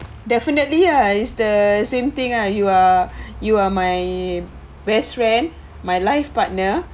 definitely ya it's the same thing lah you are you are my best friend my life partner